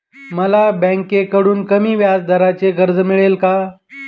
मला बँकेकडून कमी व्याजदराचे कर्ज मिळेल का?